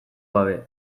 gabe